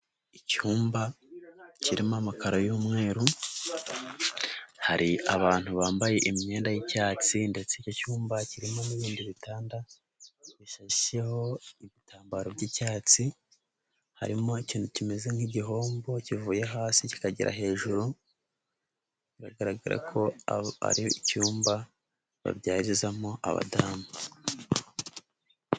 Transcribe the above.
Icyumba kirimo amakaro y'umweru, hari abantu bambaye imyenda y'icyatsi ndetse iki cyumba kirimo n'ibindi bitanda bishasheho ibitambaro by'icyatsi, harimo ikintu kimeze nk'igihombo kivuye hasi kikagera hejuru biragaragara ko ari icyumba babyarizamo abadamu.